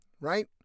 right